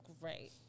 great